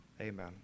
amen